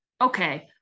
okay